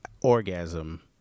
orgasm